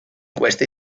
questa